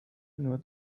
nur